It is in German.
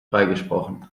freigesprochen